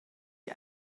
die